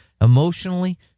emotionally